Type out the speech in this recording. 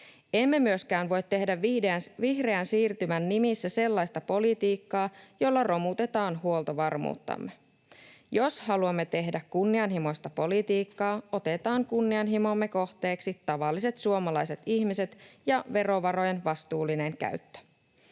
Emme myöskään voi tehdä vihreän siirtymän nimissä sellaista politiikkaa, jolla romutetaan huoltovarmuuttamme. Jos haluamme tehdä kunnianhimoista politiikkaa, otetaan kunnianhimomme kohteeksi tavalliset suomalaiset ihmiset ja verovarojen vastuullinen käyttö.